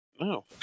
No